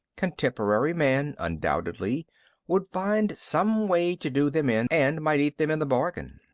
contemporary man undoubtedly would find some way to do them in and might eat them in the bargain.